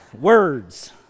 Words